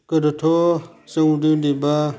गोदोथ' जों उन्दै उन्दैबा